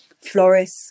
Floris